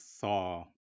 saw